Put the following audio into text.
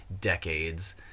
decades